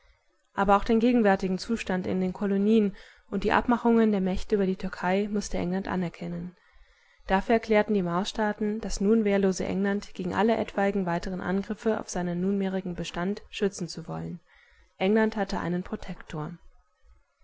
aber auch den gegenwärtigen zustand in den kolonien und die abmachungen der mächte über die türkei mußte england anerkennen dafür erklärten die marsstaaten das nun wehrlose england gegen alle etwaigen weiteren angriffe auf seinen nunmehrigen bestand schützen zu wollen england hatte einen